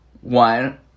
One